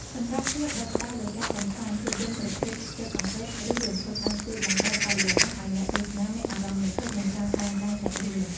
សម្រាប់ក្លឹបដែលផ្ដោតលើការកម្សាន្ត ភាពយន្តប្រភេទស៊ើបអង្កេត ឬរន្ធត់ អាចជួយបង្កើតបរិយាកាសឱ្យអ្នកទស្សនាមានអារម្មណ៍រំភើប និងចង់តាមដានសាច់រឿង។